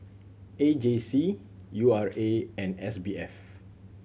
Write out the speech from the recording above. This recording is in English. A J C U R A and S B F